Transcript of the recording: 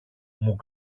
μου